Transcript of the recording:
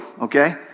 okay